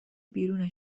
بیرون